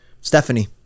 Stephanie